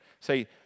say